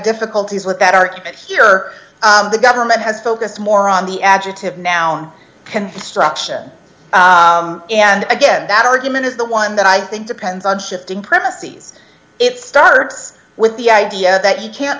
difficulties with that argument here the government has focused more on the adjective noun construction and again that argument is the one that i think depends on shifting premises it starts with the idea that he can't